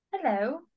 hello